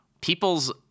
people's